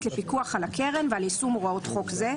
לפיקוח על הקרן ועל יישום הוראות חוק זה,